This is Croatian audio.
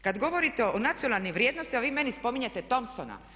Kad govorite o nacionalnoj vrijednosti, a vi meni spominjete Thomsona.